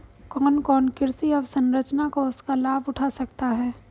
कौन कौन कृषि अवसरंचना कोष का लाभ उठा सकता है?